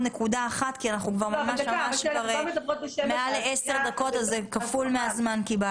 עוד נקודה אחת כי אנחנו כבר ממש מעל לעשר דקות וקיבלתן כפול מהזמן.